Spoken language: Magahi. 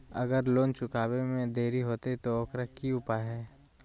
अगर लोन चुकावे में देरी होते तो ओकर की उपाय है?